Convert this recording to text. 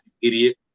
idiot